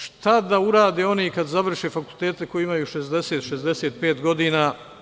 Šta da urade oni kada završe fakultete, koji imaju, 60, 65 godina?